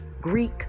Greek